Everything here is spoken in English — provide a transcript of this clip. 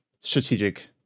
strategic